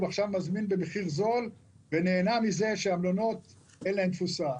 מזמין במחיר זול ונהנה מכך שלמלונות אין תפוסה.